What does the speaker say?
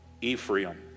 Ephraim